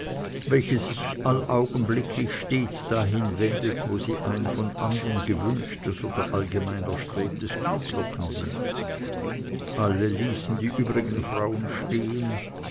welche sich allaugenblicklich stets dahin wendet wo sie ein von andern gewünschtes oder allgemein erstrebtes gut locken sieht alle ließen die übrigen frauen stehen